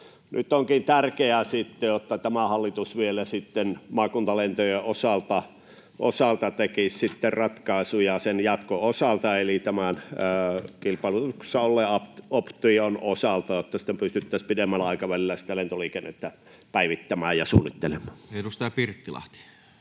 Nyt onkin sitten tärkeää, että tämä hallitus vielä maakuntalentojen osalta tekisi ratkaisuja jatkon osalta eli tämän kilpailutuksessa olleen option osalta, jotta sitten pystyttäisiin pidemmällä aikavälillä lentoliikennettä päivittämään ja suunnittelemaan. Edustaja Pirttilahti.